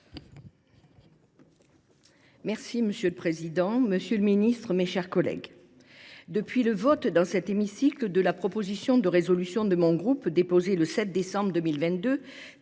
Monsieur le Président, Monsieur le Ministre, mes chers collègues. Depuis le vote dans cet hémicycle de la proposition de résolution de mon groupe déposé le 7 décembre 2022